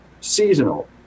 seasonal